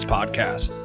Podcast